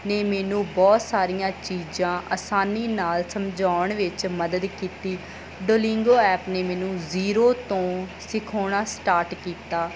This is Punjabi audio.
ਨੇ ਮੈਨੂੰ ਬਹੁਤ ਸਾਰੀਆਂ ਚੀਜ਼ਾਂ ਆਸਾਨੀ ਨਾਲ ਸਮਝਾਉਣ ਵਿੱਚ ਮਦਦ ਕੀਤੀ ਡੁਲਿੰਗੋ ਐਪ ਨੇ ਮੈਨੂੰ ਜ਼ੀਰੋ ਤੋਂ ਸਿਖਾਉਣਾ ਸਟਾਰਟ ਕੀਤਾ